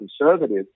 conservative